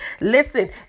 Listen